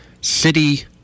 city